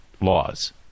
laws